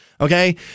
Okay